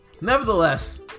nevertheless